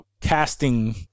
casting